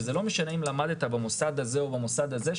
שזה לא משנה אם למדת במוסד הזה או במוסד הזה,